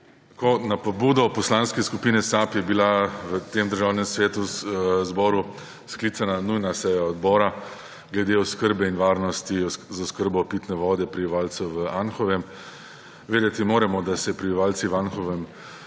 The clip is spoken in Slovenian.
Na pobudo Poslanske skupine SAB je bila v Državnem zboru sklicana nujna seja odbora glede oskrbe in varnosti pitne vode prebivalcev v Anhovem. Vedeti moramo, da se prebivalci v Anhovem